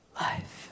life